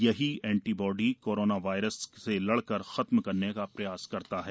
यही antibody corona virus से लड़कर खत्म करने का प्रयास करता है